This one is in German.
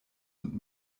und